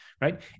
right